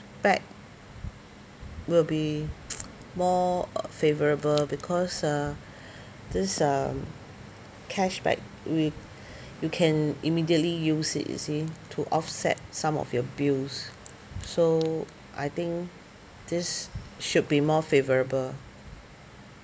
back will be more uh favourable because uh this um cashback we you can immediately use it you see to offset some of your bills so I think this should be more favourable